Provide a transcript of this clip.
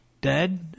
dead